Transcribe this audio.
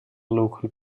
local